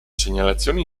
segnalazioni